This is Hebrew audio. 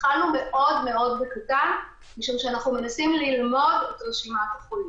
התחלנו מאוד-מאוד בקטן משום שאנחנו מנסים ללמוד את רשימת החולים.